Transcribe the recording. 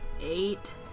Eight